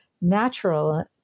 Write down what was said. natural